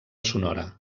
sonora